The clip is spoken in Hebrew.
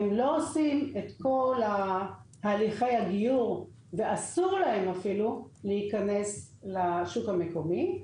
הם לא עושים את כל הליכי הגיור ואסור להם אפילו להיכנס לשוק המקומי.